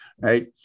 right